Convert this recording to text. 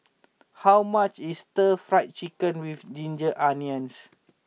how much is Stir Fry Chicken with Ginger Onions